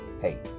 Hey